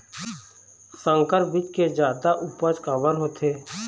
संकर बीज के जादा उपज काबर होथे?